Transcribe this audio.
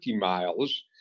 miles